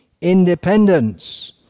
independence